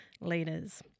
leaders